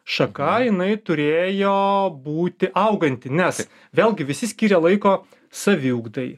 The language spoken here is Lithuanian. šaka jinai turėjo būti auganti nes vėlgi visi skyrė laiko saviugdai